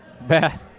Bad